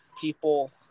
people